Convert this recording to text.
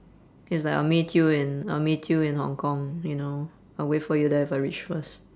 it's like I'll meet you and I'll meet you in hong-kong you know I'll wait for you there if I reach first